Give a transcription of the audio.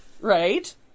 Right